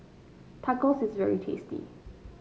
tacos is very tasty